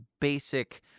basic